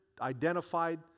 identified